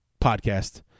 podcast